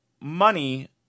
money